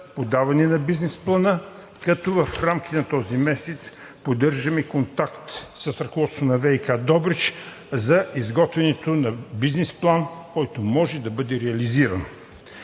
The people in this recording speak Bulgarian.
подаване на бизнес плана, като в рамките на този месец поддържаме контакт с ръководството на ВиК Добрич за изготвянето на бизнес план, който може да бъде реализиран.